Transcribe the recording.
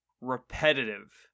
repetitive